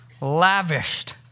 lavished